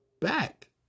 back